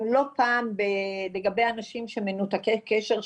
אנחנו לא פעם לגבי האנשים שמנותקי קשר,